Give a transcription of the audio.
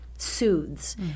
Soothes